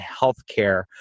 healthcare